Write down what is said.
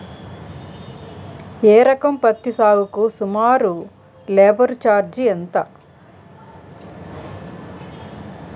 ఎకరం పత్తి సాగుకు సుమారు లేబర్ ఛార్జ్ ఎంత?